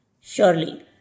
Surely